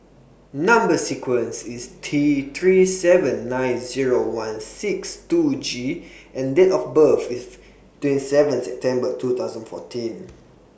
Number sequence IS T three seven nine Zero one six two G and Date of birth IS twenty seventh September two thousand fourteen